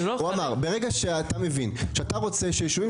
הוא אמר שברגע שאתה מבין שאתה רוצה שישובים